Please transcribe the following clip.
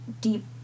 deep